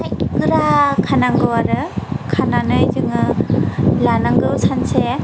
गोरा खानांगौ आरो खानानै जों लानांगौ सानसे